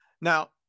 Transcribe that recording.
Now